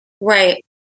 Right